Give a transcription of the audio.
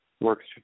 works